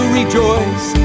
rejoice